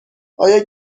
آیا